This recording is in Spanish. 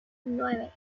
nueve